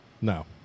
No